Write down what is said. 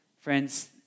Friends